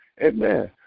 Amen